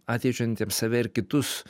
atjaučiantiems save ir kitus